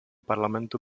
parlamentu